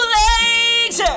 legs